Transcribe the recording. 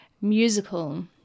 musical